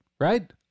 right